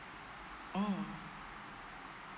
um